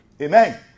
Amen